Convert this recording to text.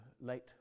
late